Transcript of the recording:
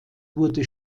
wurde